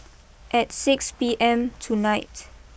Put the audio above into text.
at six P M tonight